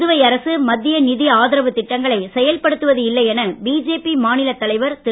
புதுவை அரசு மத்திய நிதி ஆதரவுத் திட்டங்களை செயல்படுத்துவது இல்லை என பிஜேபி மாநிலத் தலைவர் திரு